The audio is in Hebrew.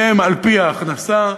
והם על-פי ההכנסה,